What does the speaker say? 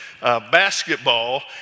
basketball